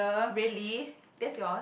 really that's yours